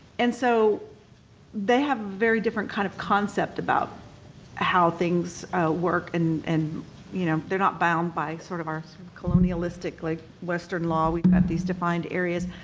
and so they have very different kind of concept about how things work, and and you know they're not bound by sort of our sort of colonialistic like western law, we've got these defined areas.